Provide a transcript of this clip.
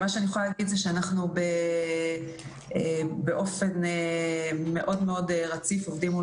מה שאני יכולה להגיד זה שאנחנו באופן מאוד מאוד רציף עובדים מול